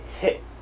hit